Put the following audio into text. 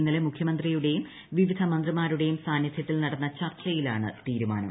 ഇന്നലെ മുഖ്യമന്ത്രിയുടെയും വിവിധ മന്ത്രിമാരുടെയും സാന്നിധ്യത്തിൽ നടന്ന ചർച്ചയിലാണ് തീരുമാനം